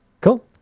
Cool